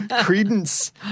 Credence